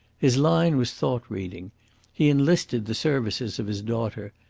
his line was thought-reading he enlisted the services of his daughter,